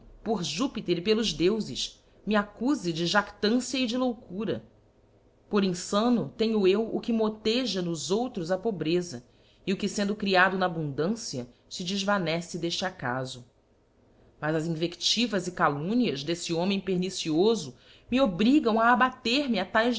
por júpiter e pelos deufeol me accufe de jactância e de loucura por infano tenho eu o que moteja nos outros a pobreza e o que fendo cremado na abundância fe defvanece d'eíle acafo mas as invectivas e calumnias deífe homem perniciofo me obrigam a abater me a taes